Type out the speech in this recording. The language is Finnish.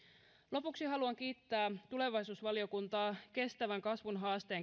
lopuksi haluan kiittää tulevaisuusvaliokuntaa kestävän kasvun haasteen